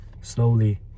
slowly